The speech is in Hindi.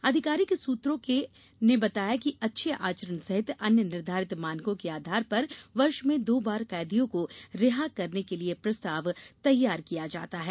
आधिकारिक सूत्रों ने बताया कि अच्छे आचरण सहित अन्य निर्धारित मानकों के आधार पर वर्ष में दो बार कैदियों को रिहा करने के लिए प्रस्ताव तैयार किया जाता है